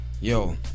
Yo